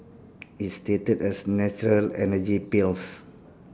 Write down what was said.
it's stated as natural energy pills